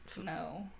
no